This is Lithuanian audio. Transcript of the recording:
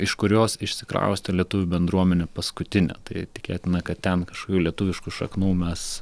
iš kurios išsikraustė lietuvių bendruomenė paskutinė tai tikėtina kad ten kažkokių lietuviškų šaknų mes